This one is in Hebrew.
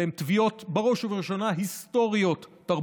אלה בראש ובראשונה תביעות היסטוריות-תרבותיות,